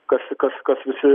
kas kas kas visi